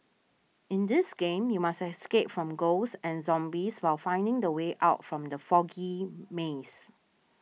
in this game you must escape from ghosts and zombies while finding the way out from the foggy maze